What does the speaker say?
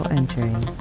entering